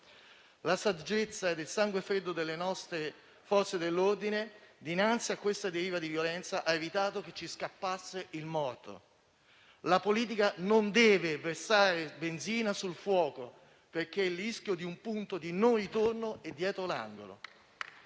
La saggezza e il sangue freddo delle nostre Forze dell'ordine dinanzi a questa deriva di violenza hanno evitato che ci scappasse il morto. La politica non deve versare benzina sul fuoco, perché il rischio di un punto di non ritorno è dietro l'angolo.